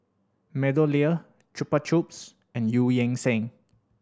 MeadowLea Chupa Chups and Eu Yan Sang